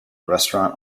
restaurant